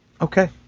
Okay